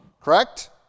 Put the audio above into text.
correct